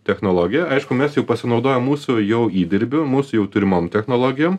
technologiją aišku mes jau pasinaudojom mūsų jau įdirbiu mūsų jau turimom technologijom